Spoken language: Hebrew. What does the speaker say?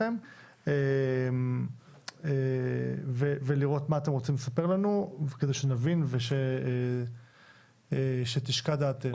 אתם רוצים לספר לנו כדי שנבין וכדי שתנוח דעתנו.